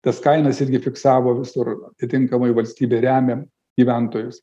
tas kainas irgi fiksavo visur atitinkamai valstybė remia gyventojus